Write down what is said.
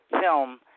film